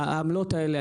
העמלות האלה,